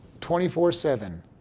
24-7